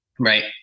Right